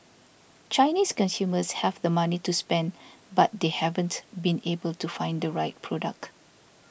Chinese consumers have the money to spend but they haven't been able to find the right product